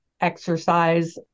exercise